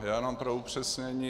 Já jenom pro upřesnění.